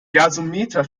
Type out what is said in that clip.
gasometer